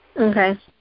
Okay